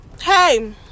Hey